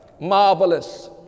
marvelous